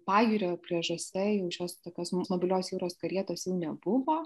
pajūrio pliažuose jau šios tokios mobilios jūros karietos jau nebuvo